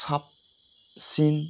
साबसिन